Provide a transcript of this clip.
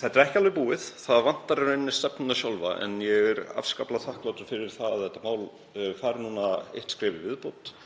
Þetta er ekki alveg búið. Það vantar í raun stefnuna sjálfa, en ég er afskaplega þakklátur fyrir að þetta mál fari núna eitt skref áfram